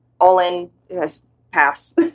all-in-pass